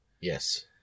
Yes